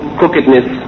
crookedness